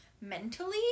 mentally